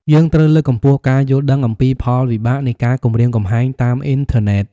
យើងត្រូវលើកកម្ពស់ការយល់ដឹងអំពីផលវិបាកនៃការគំរាមកំហែងតាមអ៊ីនធឺណិត។